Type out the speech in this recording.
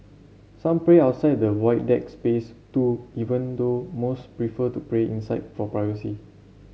some pray outside the Void Deck space too even though most prefer to pray inside for privacy